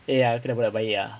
seh ah tak boleh baik baik ah